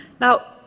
Now